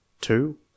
two